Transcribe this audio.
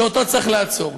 שאותו צריך לעצור.